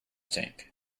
tank